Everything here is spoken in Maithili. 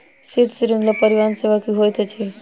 शीत श्रृंखला परिवहन सेवा की होइत अछि?